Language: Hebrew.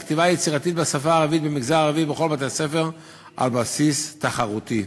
וכתיבה יצירתית בשפה הערבית במגזר הערבי בכל בתי-הספר על בסיס תחרותי,